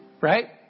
Right